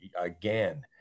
again